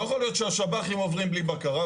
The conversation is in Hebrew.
לא יכול להיות שהשב"חים עוברים בלי בקרה,